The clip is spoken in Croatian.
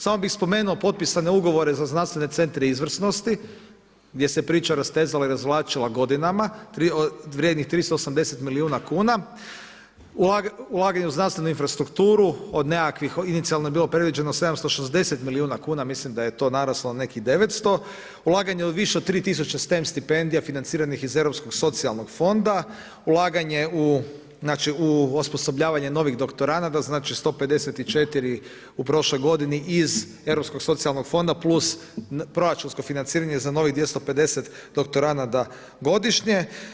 Samo bih spomenuo potpisane ugovore za znanstvene centre izvrsnosti gdje se priča rastezala i razvlačila godinama, vrijednih 380 milijuna kuna, ulaganje u znanstvenu infrastrukturu od nekakvih, inicijalno je bilo predviđeno 760 milijuna kuna, mislim da je to naraslo na nekih 900, ulaganje u više od 3 tisuće STEM stipendija financiranih iz Europskog socijalnog fonda, ulaganje u, znači u osposobljavanje novih doktoranada, znači 154 u prošloj godini iz Europskog socijalnog fonda plus proračunsko financiranje za novih 250 doktoranada godišnje.